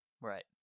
Right